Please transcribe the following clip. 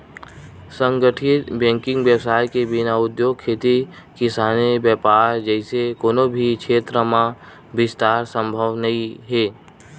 संगठित बेंकिग बेवसाय के बिना उद्योग, खेती किसानी, बेपार जइसे कोनो भी छेत्र म बिस्तार संभव नइ हे